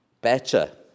Better